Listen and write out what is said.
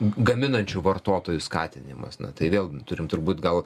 gaminančių vartotojų skatinimas na tai vėl turim turbūt gal